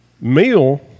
Meal